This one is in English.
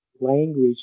language